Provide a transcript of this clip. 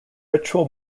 ritual